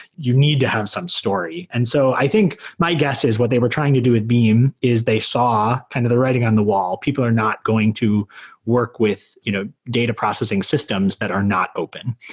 you need to have some story. and so i think my guess is what they were trying to do with beam is they saw kind of the writing on the wall. people are not going to work with you know data processing systems that are not open.